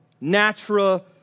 Natural